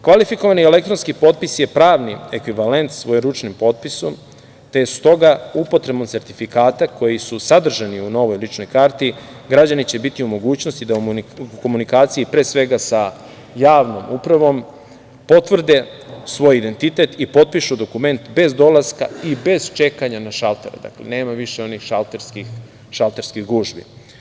Kvalifikovani elektronski potpis je pravni ekvivalent svojeručnim potpisom, te s toga upotrebom sertifikata koji su sadržani u novoj ličnoj karti građani će biti u mogućnosti da u komunikaciji, pre svega, sa javnom upravom potvrde svoj identitet i potpišu dokument bez dolaska i bez čekanja na šalter, dakle, nema više onih šalterskih gužvi.